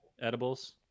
Edibles